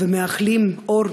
ומאחלים אור,